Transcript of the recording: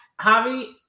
Javi